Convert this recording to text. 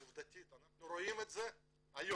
עובדתית, אנחנו רואים את זה היום.